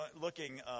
looking